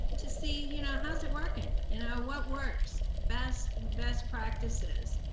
to see you know how's it workin'? you know what works? best best practices.